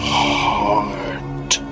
heart